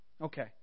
Okay